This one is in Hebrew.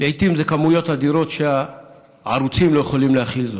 לעיתים אלו כמויות אדירות שהערוצים לא יכולים להכיל,